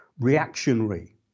reactionary